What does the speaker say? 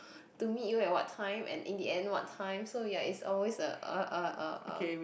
to meet you at what time and in the end what time so ya it's always a a a a